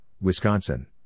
Wisconsin